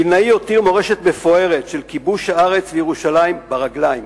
וילנאי הותיר מורשת מפוארת של כיבוש הארץ וירושלים ברגליים,